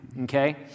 Okay